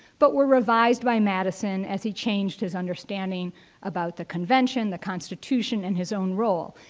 but were revised by madison as he changed his understanding about the convention, the constitution and his own role.